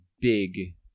big